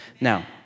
Now